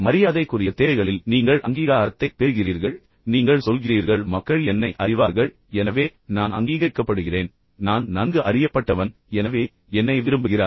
மரியாதைக்குரிய தேவைகளில் நீங்கள் அங்கீகாரத்தைப் பெறுகிறீர்கள் நீங்கள் சொல்கிறீர்கள் நான் அறியப்பட்டவன் மக்கள் என்னை அறிவார்கள் எனவே நான் அங்கீகரிக்கப்படுகிறேன் நான் நன்கு அறியப்பட்டவன் எனவே என்னை விரும்புகிறார்கள்